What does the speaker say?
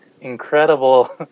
incredible